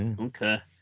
Okay